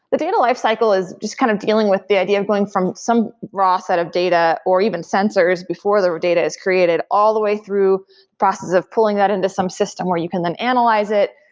the data lifecycle is just kind of dealing with the idea of going from some raw set of data, or even sensors before the data is created, all the way through process of pulling that into some system where you can then analyze it.